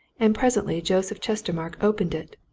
and presently joseph chestermarke opened it,